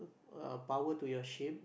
uh power to your ship